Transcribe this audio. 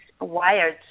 wired